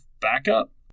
backup